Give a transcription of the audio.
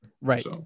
right